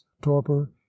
torpor